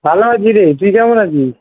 ভালো আছি রে তুই কেমন আছিস